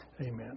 Amen